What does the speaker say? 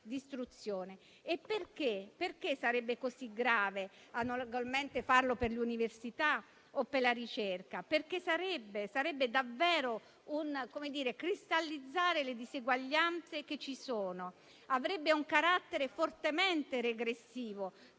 E perché sarebbe così grave farlo analogamente per l'università o per la ricerca? Questa scelta significherebbe davvero cristallizzare le diseguaglianze che ci sono, avrebbe un carattere fortemente regressivo,